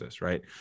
right